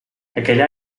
aquell